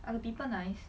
are the people nice